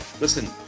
listen